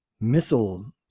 missile